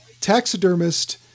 taxidermist